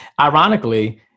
ironically